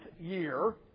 year